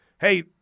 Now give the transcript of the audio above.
hey